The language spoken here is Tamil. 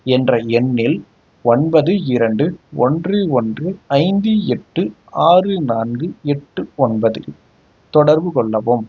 என்ற எண்ணில் ஒன்பது இரண்டு ஒன்று ஒன்று ஐந்து எட்டு ஆறு நான்கு எட்டு ஒன்பது இல் தொடர்பு கொள்ளவும்